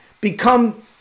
become